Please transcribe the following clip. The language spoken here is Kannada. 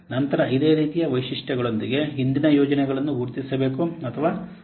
ನಂತರ ಇದೇ ರೀತಿಯ ವೈಶಿಷ್ಟ್ಯಗಳೊಂದಿಗೆ ಹಿಂದಿನ ಯೋಜನೆಗಳನ್ನು ಗುರುತಿಸಬೇಕು ಅಥವಾ ನೋಡಬೇಕು